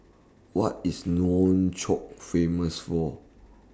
What IS Nouakchott Famous For